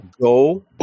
go